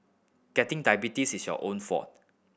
getting diabetes is your own fault